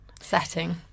setting